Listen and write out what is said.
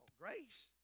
grace